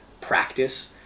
practice